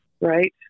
right